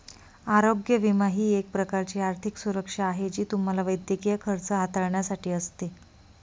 आरोग्य विमा ही एक प्रकारची आर्थिक सुरक्षा आहे जी तुम्हाला वैद्यकीय खर्च हाताळण्यासाठी असते